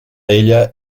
ella